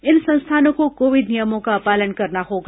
इन संस्थानों को कोविड नियमों का पालन करना होगा